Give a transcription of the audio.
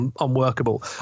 unworkable